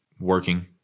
working